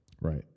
Right